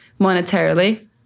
monetarily